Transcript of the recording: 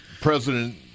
president